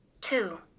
Two